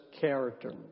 character